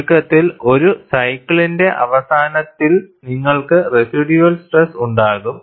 ചുരുക്കത്തിൽ ഒരു സൈക്കിളിന്റെ അവസാനത്തിൽ നിങ്ങൾക്ക് റെസിഡ്യൂവൽ സ്ട്രെസ് ഉണ്ടാകും